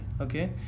Okay